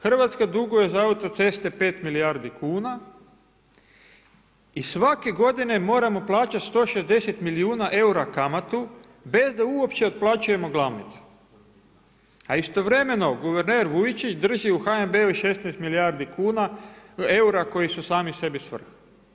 Hrvatska duguje za autoceste 5 milijardi kuna i svake godine moramo plaćati 160 milijuna eura kamatu bez da uopće otplaćujemo glavnicu, a istovremeno guverner Vujčić drži u HNB-u 16 milijardi eura koji su sami sebi svrha.